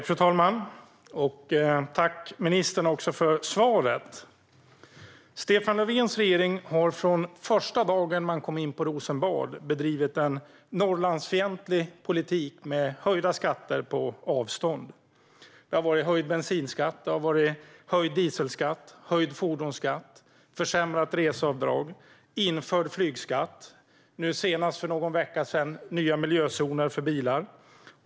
Fru talman! Jag tackar ministern för svaret. Stefan Löfvens regering har från första dagen man kom in på Rosenbad bedrivit en Norrlandsfientlig politik med höjda skatter på avstånd. Det har varit höjd bensinskatt, höjd dieselskatt, höjd fordonsskatt, försämrat reseavdrag, införd flygskatt och nu senast för någon vecka sedan även nya miljözoner för bilar.